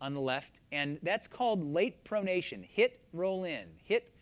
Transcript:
on the left, and that's called late pronation. hit, roll in, hit,